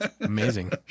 amazing